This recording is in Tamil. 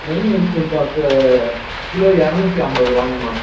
நெய் மைசூர்பாக்கு கிலோ இரநூத்தி ஐம்பதுரூவாங்கம்மா